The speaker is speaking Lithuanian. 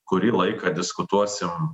kurį laiką diskutuosim